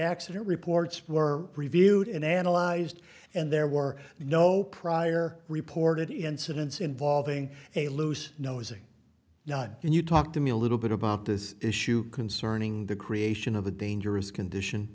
accident reports were reviewed and analyzed and there were no prior reported incidents involving a loose nosey and you talk to me a little bit about this issue concerning the creation of a dangerous condition